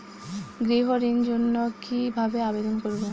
গৃহ ঋণ জন্য কি ভাবে আবেদন করব?